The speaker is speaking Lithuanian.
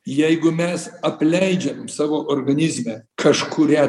jeigu mes apleidžiam savo organizme kažkurią